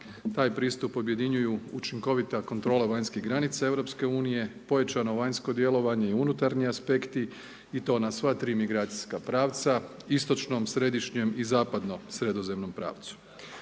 taj pristup objedinjuju učinkovita kontrola vanjske granice Europske unije, pojačano vanjsko djelovanje i unutarnji aspekti i to na sva tri migracijska pravca, istočnom, središnjem i zapadno sredozemnom pravcu.